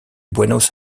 buenos